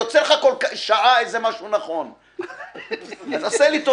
כל שעה יוצא לך איזה משהו נכון.